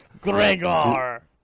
Gregor